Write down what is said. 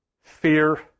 fear